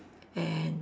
and